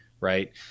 right